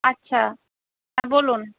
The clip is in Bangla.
আচ্ছা বলুন